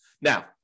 Now